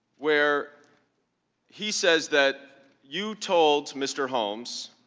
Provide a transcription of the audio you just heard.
where he says that you told mr. holmes